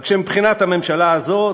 רק שמבחינת הממשלה הזאת,